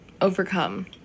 overcome